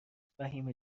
فهیمه